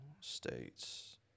states